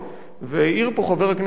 והעיר פה חבר הכנסת הורוביץ,